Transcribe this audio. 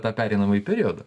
tą pereinamąjį periodą